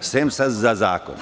sem za zakon.